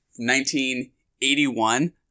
1981